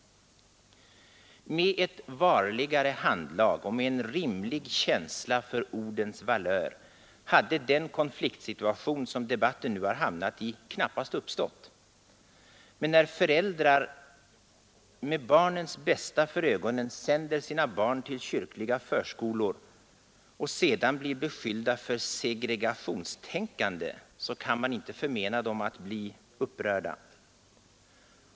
Med ett varligare handlag och med en rimlig känsla för ordens valör hade den konfliktsituation som debatten nu har hamnat i knappast uppstått. Men när föräldrar med barnens bästa för ögonen sänder sina barn till kyrkliga förskolor och sedan blir beskyllda för segregationstänkande kan man inte förmena dem att bli upprörda.